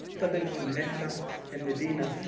but they want mecca and medina.